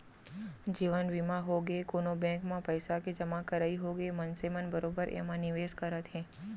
जीवन बीमा होगे, कोनो बेंक म पइसा के जमा करई होगे मनसे मन बरोबर एमा निवेस करत हे